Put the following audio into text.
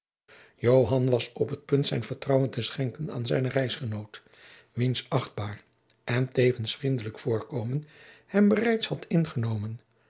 was op het punt zijn vertrouwen te schenken aan zijnen reisgenoot wiens achtbaar en tevens vriendelijk voorkomen hem bereids had ingenomen